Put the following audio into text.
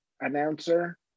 announcer